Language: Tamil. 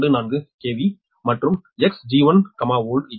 24 KV மற்றும் Xg1old Xg10